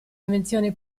invenzione